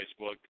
Facebook